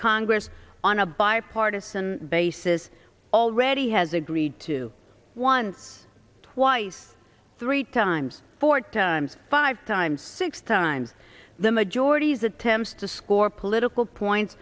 congress on a bipartisan basis already has agreed to once twice three times four times five times six times the majority's attempts to score political points